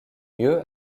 lieu